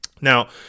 Now